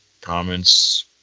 comments